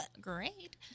great